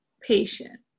patient